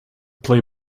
play